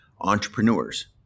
entrepreneurs